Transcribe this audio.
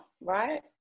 right